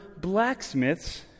blacksmiths